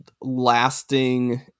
lasting